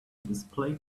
display